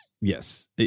yes